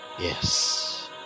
Yes